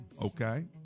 Okay